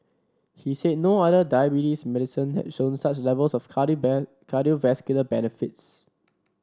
he said no other diabetes medicine had shown such levels of cardiovascular benefits